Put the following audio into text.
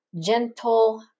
gentle